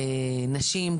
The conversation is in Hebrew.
נשים,